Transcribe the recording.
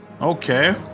Okay